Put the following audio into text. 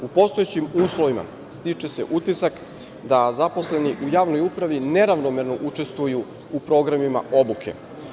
U postojećim uslovima stiče se utisak da zaposleni u javnoj upravi neravnomerno učestvuju u programima obuke.